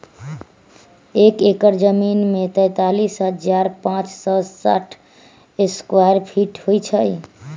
एक एकड़ जमीन में तैंतालीस हजार पांच सौ साठ स्क्वायर फीट होई छई